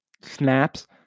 snaps